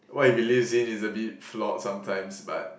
what he believes in is a bit flock sometimes but